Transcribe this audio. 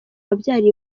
wabyariye